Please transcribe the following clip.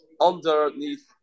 underneath